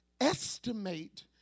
estimate